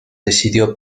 decidió